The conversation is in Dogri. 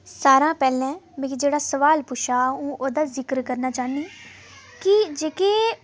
सारें शा पैह्लें मिगी जेह्ड़ा सोआल पुच्छेआ अ'ऊं ओह्दा जिक्र करना चाह्न्नी कि जेह्के